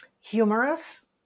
humorous